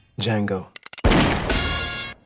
Django